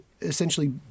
essentially